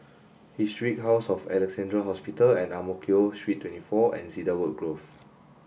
historic House of Alexandra Hospital Ang Mo Kio Street twenty four and Cedarwood Grove